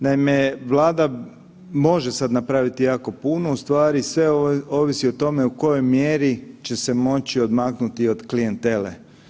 Naime, Vlada može sad napraviti jako puno, u stvari sve ovisi o tome u kojoj mjeri će se moći odmaknuti od klijentele.